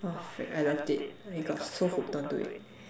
oh freak I loved it I got so hooked on to it